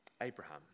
Abraham